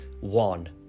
one